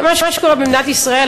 מה שקורה במדינת ישראל,